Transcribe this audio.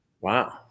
Wow